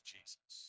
Jesus